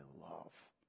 love